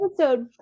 episode